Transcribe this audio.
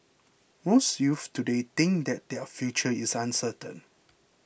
most youths today think that their future is uncertain